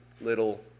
little